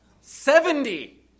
Seventy